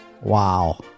Wow